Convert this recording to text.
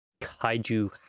kaiju